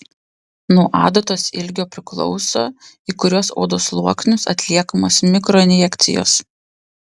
nuo adatos ilgio priklauso į kuriuos odos sluoksnius atliekamos mikroinjekcijos